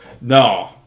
no